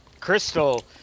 Crystal